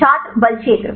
छात्र बल क्षेत्र